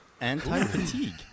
Anti-fatigue